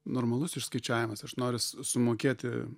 normalus išskaičiavimas aš noriu sumokėti